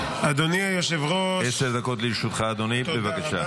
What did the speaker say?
עשר דקות לרשותך אדוני, בבקשה.